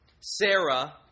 sarah